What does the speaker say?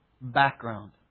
background